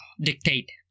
dictate